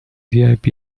vip